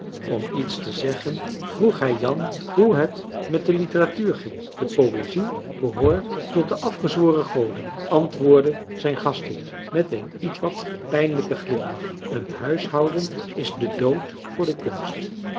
om iets te zeggen vroeg hij jan hoe het met de literatuur ging de poëzie behoort tot de afgezworen goden antwoordde zijn gastheer met een ietwat pijnlijken glimlach een huishouden is de dood voor de kunst